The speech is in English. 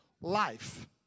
life